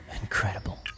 Incredible